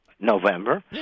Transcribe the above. November